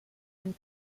and